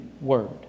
word